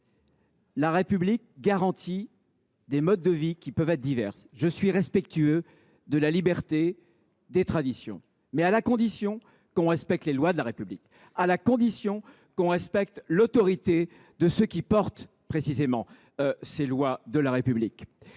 La République garantit des modes de vie qui peuvent être divers, et je suis respectueux de la liberté et des traditions, mais à condition que l’on respecte les lois de la République ainsi que l’autorité de ceux qui font respecter les lois de la République.